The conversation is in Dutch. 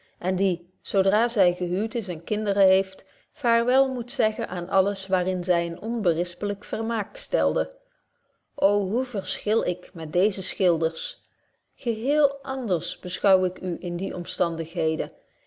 en die zo dra zy gehuwt is en kinderen heeft vaarwel moet zeggen aan alles waarin zy een onberispelyk vermaak stelde ô hoe verschil ik met deeze schilders geheel anders beschouw ik u in die omstandigheden